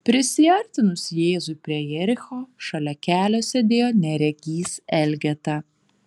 prisiartinus jėzui prie jericho šalia kelio sėdėjo neregys elgeta